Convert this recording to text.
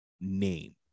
name